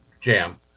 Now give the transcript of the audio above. jam